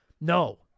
no